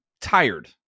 tired